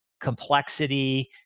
complexity